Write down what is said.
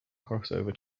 crossover